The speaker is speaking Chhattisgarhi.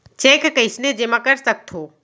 चेक कईसने जेमा कर सकथो?